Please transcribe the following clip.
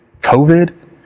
COVID